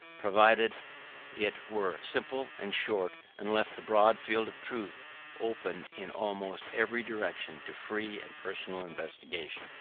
provided it were simple and short, and left the broad field of truth open in almost every direction to free and personal investigation.